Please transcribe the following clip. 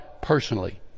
personally